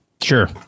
Sure